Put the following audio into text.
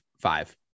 five